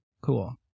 Cool